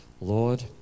Lord